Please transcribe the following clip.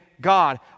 God